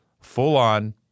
Full-on